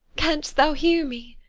canst thou hear me?